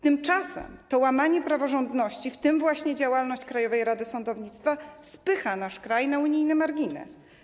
Tymczasem to łamanie praworządności, w tym właśnie działalność Krajowej Rady Sądownictwa, spycha nasz kraj na unijny margines.